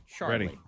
ready